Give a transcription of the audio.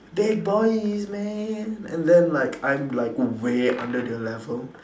big boys man and then like I'm like way under their level